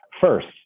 First